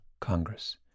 Congress